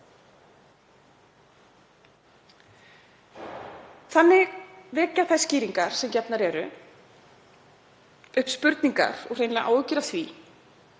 Þannig vekja þær skýringar sem gefnar eru upp spurningar og hreinlega áhyggjur af því